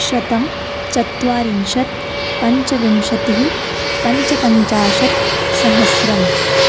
शतं चत्वारिंशत् पञ्चविंशतिः पञ्चपञ्चाशत् सहस्रं